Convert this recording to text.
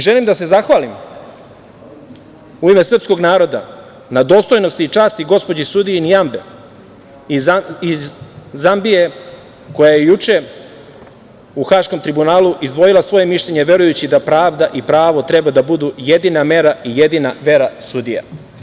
Želim da se zahvalim, u ime srpskog naroda, na dostojnosti i časti gospođi sudiji Nijabe iz Zambije, koja je juče u Haškom tribunalu izdvojila svoje mišljenje verujući da pravda i pravo treba da budu jedina mera i jedina vera sudija.